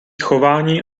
chování